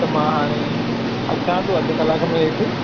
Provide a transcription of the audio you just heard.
त मां हाणे अचां पियो अधु कलाक में हेठि